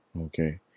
Okay